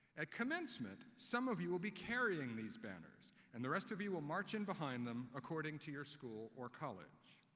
at commencement, some of you will be carrying these banners and the rest of you will march in behind them, according to your school or college.